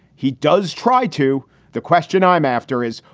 he does try to the question i'm after is,